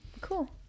Cool